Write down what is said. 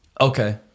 okay